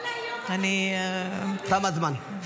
את